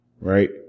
right